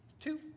Two